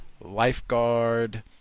lifeguard